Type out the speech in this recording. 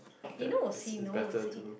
you know was he know was it